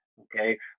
okay